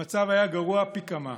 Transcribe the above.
המצב היה גרוע פי כמה.